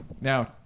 Now